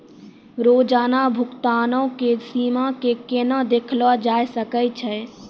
रोजाना भुगतानो के सीमा के केना देखलो जाय सकै छै?